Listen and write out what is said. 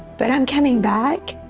but i'm coming back,